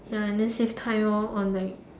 ya and then save time loh on like